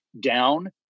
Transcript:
down